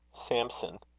samson.